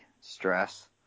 stress